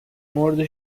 مرده